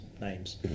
names